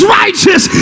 righteous